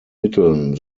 mitteln